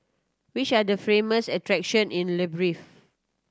which are the famous attractions in Libreville